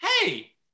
hey